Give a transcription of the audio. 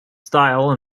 style